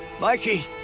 Mikey